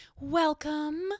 welcome